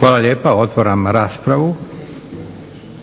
**Leko, Josip